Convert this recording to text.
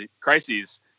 crises